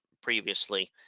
previously